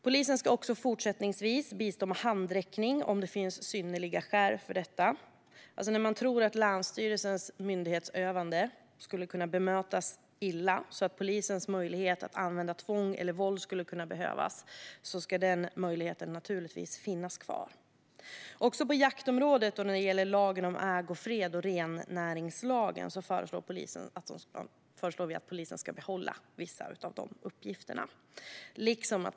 Polisen ska också fortsättningsvis bistå med handräckning om det finns synnerliga skäl till detta. När man tror att länsstyrelsens myndighetsutövande skulle kunna bemötas illa ska naturligtvis polisens möjlighet att när det behövs använda tvång eller våld finnas kvar. Också på jaktområdet och när det gäller lagen om ägofred och rennäringslagen föreslår vi att polisen ska behålla vissa av uppgifterna.